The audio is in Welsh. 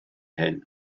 hyn